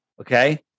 Okay